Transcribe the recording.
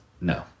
No